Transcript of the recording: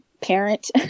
parent